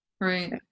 Right